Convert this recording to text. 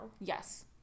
yes